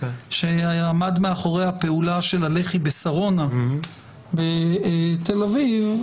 שעמד מאחורי הפעולה של הלח"י בשרונה בתל אביב,